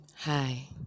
hi